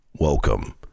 Welcome